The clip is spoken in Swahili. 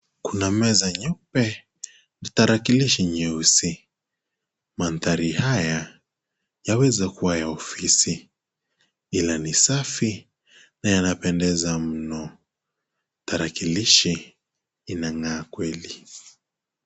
Kuna meza nyeupe na tarakilishi nyeusi, mandhari haya yaweza kuwa ya ofisi ila ni safi na yanapendeza mno. Tarakilishi inangaa kweli.